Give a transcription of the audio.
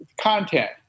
content